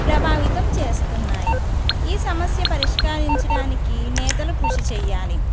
ప్రభావితం చేస్తున్నాయి ఈ సమస్య పరిష్కరించడానికి నేతలు కృషి చేయాలి